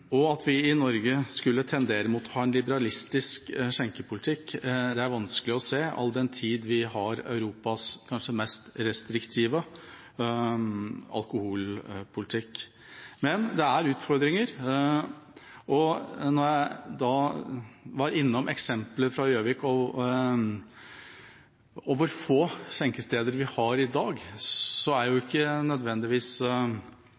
At vi i Norge skulle tendere mot å ha en liberalistisk skjenkepolitikk, er vanskelig å se all den tid vi har Europas kanskje mest restriktive alkoholpolitikk. Men det er utfordringer. Når jeg var innom eksemplet med Gjøvik og hvor få skjenkesteder vi har der i dag, så er ikke nødvendigvis